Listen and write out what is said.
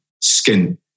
skin